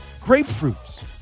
grapefruits